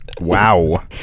Wow